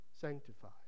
sanctified